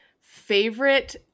Favorite